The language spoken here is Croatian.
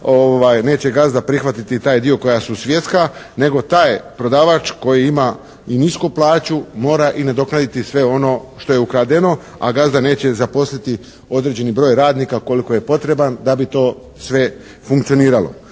neće gazda prihvatiti taj dio koja su svjetska nego taj prodavač koji ima i nisku plaću mora nadoknaditi i sve ono što je ukradeno a gazda neće zaposliti određeni broj radnika koliko je potreban da bi to sve funkcioniralo.